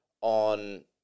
on